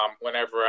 whenever